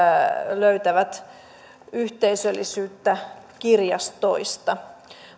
löytävät yhteisöllisyyttä kirjastoista